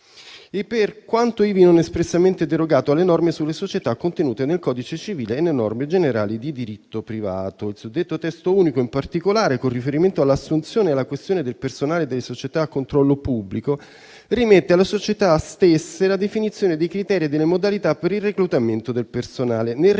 e, per quanto ivi non espressamente derogato, alle norme sulle società contenute nel codice civile e le norme generali di diritto privato. Il suddetto testo unico, in particolare, con riferimento all'assunzione e alla questione del personale delle società a controllo pubblico, rimette alle società stesse la definizione dei criteri e delle modalità per il reclutamento del personale, nel rispetto